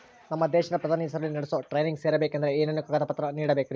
ನಮ್ಮ ದೇಶದ ಪ್ರಧಾನಿ ಹೆಸರಲ್ಲಿ ನಡೆಸೋ ಟ್ರೈನಿಂಗ್ ಸೇರಬೇಕಂದರೆ ಏನೇನು ಕಾಗದ ಪತ್ರ ನೇಡಬೇಕ್ರಿ?